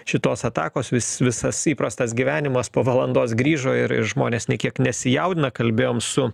šitos atakos vis visas įprastas gyvenimas po valandos grįžo ir ir žmonės nė kiek nesijaudina kalbėjom su